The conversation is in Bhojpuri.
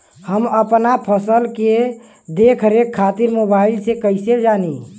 हम अपना फसल के देख रेख खातिर मोबाइल से कइसे जानी?